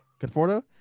Conforto